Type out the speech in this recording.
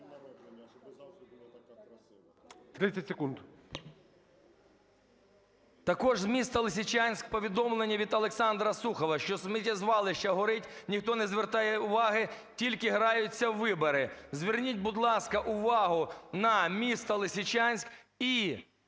ШАХОВ С.В. Також з міста Лисичанськ повідомлення від Олександра Сухова, що сміттєзвалище горить, ніхто не звертає уваги, тільки граються у вибори. Зверніть, будь ласка, увагу на місто Лисичанськ і,